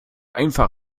einfach